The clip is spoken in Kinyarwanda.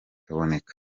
kaboneka